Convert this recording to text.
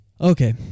Okay